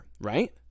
right